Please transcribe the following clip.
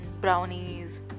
brownies